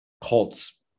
cults